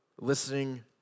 listening